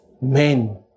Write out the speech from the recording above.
men